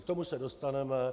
K tomu se dostaneme.